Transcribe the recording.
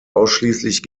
ausschließlich